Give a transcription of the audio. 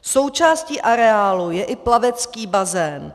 Součástí areálu je i plavecký bazén.